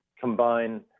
combine